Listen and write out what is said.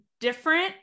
different